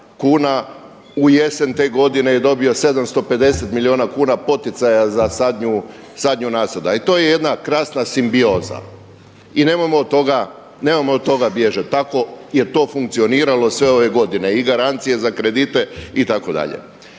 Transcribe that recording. kuna u jesen te godine je dobio 750 milijuna kuna poticaja za sadnju nasada. I to je jedna krasna simbioza i nemojmo od toga bježati, tako je to funkcioniralo sve ove godine i garancije za kredite itd.